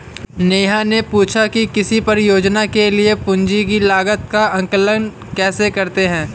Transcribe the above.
नेहा ने पूछा कि किसी परियोजना के लिए पूंजी की लागत का आंकलन कैसे करते हैं?